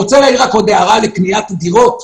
לגבי קניית הדירות,